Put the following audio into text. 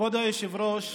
כבוד היושב-ראש,